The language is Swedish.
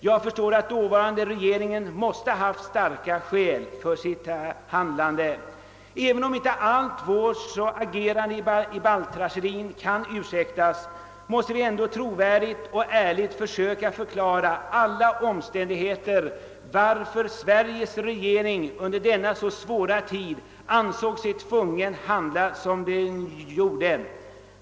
Jag förstår att dåvarande regeringen måste haft starka skäl för sitt handlande. Även om inte allt vårt agerande i balttragedin kan ursäktas måste vi ändå trovärdigt och ärligt försöka förklara alla omständigheter varför Sveriges regering under denna så svåra tid ansåg sig tvungen handla som den gjorde.